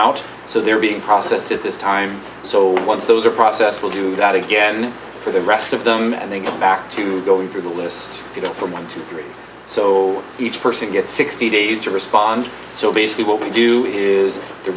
out so they're being processed at this time so once those are processed will do that again for the rest of them and then go back to going through the list you know from one to three so each person gets sixty days to respond so basically what we do is the